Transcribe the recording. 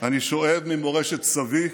אני שואב ממורשת סבי,